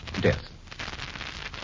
death